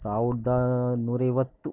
ಸಾವಿರದ ನೂರ ಐವತ್ತು